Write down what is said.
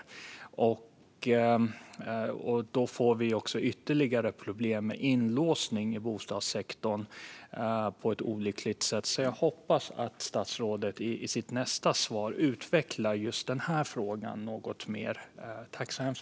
Då får vi också ytterligare problem med inlåsning i bostadssektorn på ett olyckligt sätt. Jag hoppas alltså att statsrådet i sitt nästa anförande utvecklar just den frågan något.